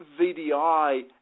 VDI